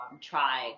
try